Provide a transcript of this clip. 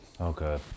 Okay